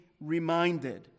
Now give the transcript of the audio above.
reminded